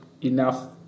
enough